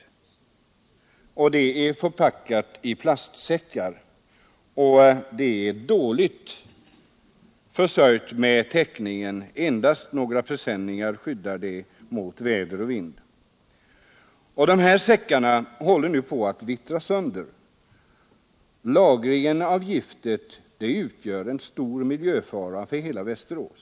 Det är förpackat 31 januari 1977 i plastsäckar, och det är dåligt sörjt för täckningen — endast några pre LL senningar skyddar mot väder och vind. Dessa säckar håller nu på att - Om hanteringen av vittra sönder. Lagringen av giftet utgör en stor miljöfara för hela Västerås.